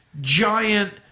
giant